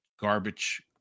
garbage